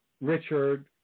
Richard